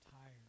tired